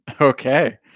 Okay